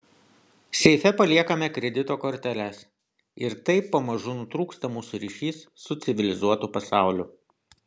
seife paliekame kredito korteles ir taip pamažu nutrūksta mūsų ryšys su civilizuotu pasauliu